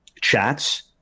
chats